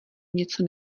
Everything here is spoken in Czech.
něco